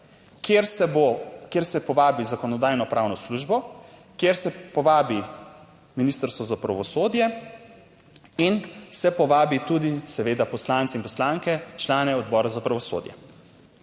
kjer se povabi Zakonodajno-pravno službo, kjer se povabi Ministrstvo za pravosodje. In se povabi tudi seveda poslanci in poslanke, člane Odbora za pravosodje.